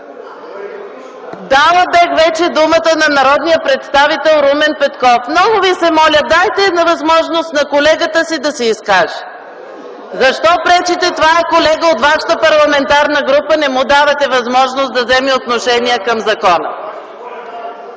Дала бях вече думата на народния представител Румен Петков. Много Ви се моля, дайте възможност на колегата си да се изкаже. Защо пречите? Това е колега от вашата парламентарна група, не му давате възможност да вземе отношение към закона.